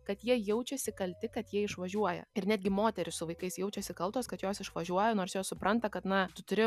kad jie jaučiasi kalti kad jie išvažiuoja ir netgi moterys su vaikais jaučiasi kaltos kad jos išvažiuoja nors jos supranta kad na tu turi